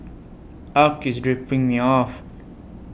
Arch IS dropping Me off